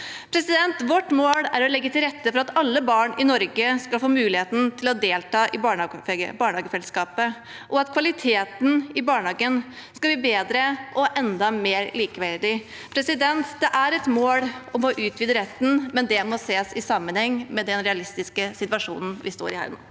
Vårt mål er å legge til rette for at alle barn i Norge skal få muligheten til å delta i barnehagefellesskapet, og at kvaliteten i barnehagen skal bli bedre og enda mer likeverdig. Det er et mål om å utvide retten, men det må ses i sammenheng med den realistiske situasjonen vi står i